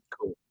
Cool